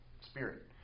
spirit